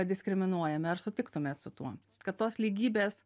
diskriminuojami ar sutiktumėt su tuo kad tos lygybės